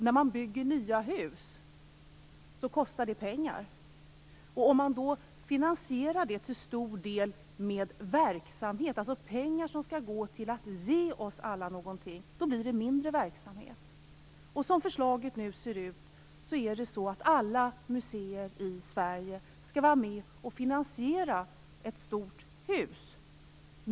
När man bygger nya hus kostar det pengar, och om man då finansierar det till stor del med verksamhet, dvs. pengar som skall gå till att ge oss alla någonting, blir det mindre verksamhet. Som förslaget nu ser ut, skall alla museer i Sverige vara med och finansiera ett stort hus.